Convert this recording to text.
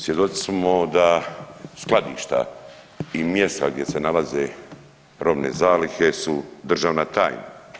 Svjedoci smo da skladišta i mjesta gdje se nalaze robne zalihe su državna tajna.